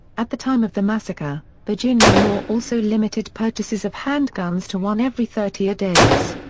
at the time of the massacre, virginia law also limited purchases of handguns to one every thirty days.